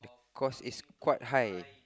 cause is quite high